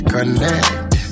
Connect